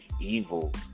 evil